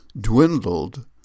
dwindled